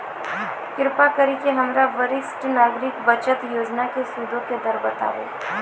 कृपा करि के हमरा वरिष्ठ नागरिक बचत योजना के सूदो के दर बताबो